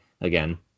again